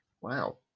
Wow